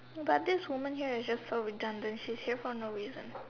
but this woman here is just so redundant she's here for no reason